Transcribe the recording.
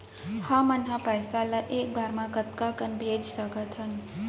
हमन ह पइसा ला एक बार मा कतका कन भेज सकथन?